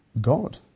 God